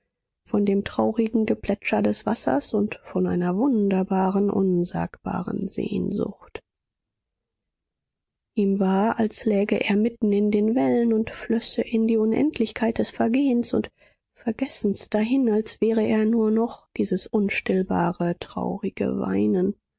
von dem traurigen geplätscher des wassers und von einer wunderbaren unsagbaren sehnsucht ihm war als läge er mitten in den wellen und flösse in die unendlichkeit des vergehens und vergessens dahin als wäre er nur noch dieses unstillbare traurige weinen